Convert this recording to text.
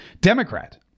Democrat